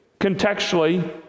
Contextually